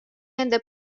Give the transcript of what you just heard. nende